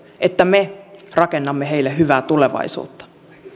että me rakennamme heille hyvää tulevaisuutta